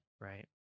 right